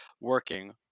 working